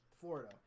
Florida